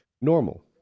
normal